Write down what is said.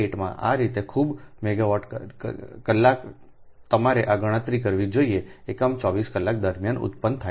8 માં આ રીતે ખૂબ મેગાવાટ કલાક તમારે આ ગણતરી કરવી જોઈએ એકમ 24 કલાક દરમિયાન ઉત્પન્ન થાય છે